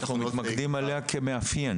אחרונות׳ --- אתה מקדים עליה כמאפיין.